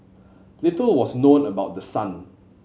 little was known about the son